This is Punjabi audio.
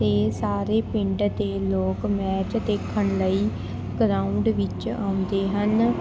ਅਤੇ ਸਾਰੇ ਪਿੰਡ ਦੇ ਲੋਕ ਮੈਚ ਦੇਖਣ ਲਈ ਗਰਾਊਂਡ ਵਿੱਚ ਆਉਂਦੇ ਹਨ